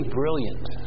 brilliant